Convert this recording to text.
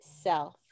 self